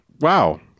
Wow